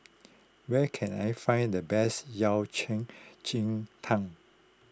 where can I find the best Yao Cai Ji Tang